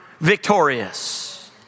victorious